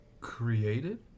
created